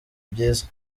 byiza